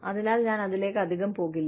അതിനാൽ ഞാൻ അതിലേക്ക് അധികം പോകില്ല